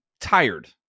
tired